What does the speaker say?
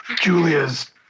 Julia's